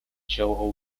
joe